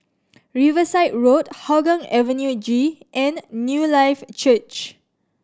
Riverside Road Hougang Avenue G and Newlife Church